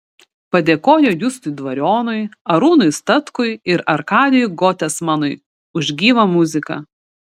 padėkojo justui dvarionui arūnui statkui ir arkadijui gotesmanui už gyvą muziką